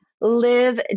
live